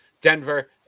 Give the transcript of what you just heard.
Denver